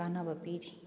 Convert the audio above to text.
ꯀꯥꯟꯅꯕ ꯄꯤꯔꯤ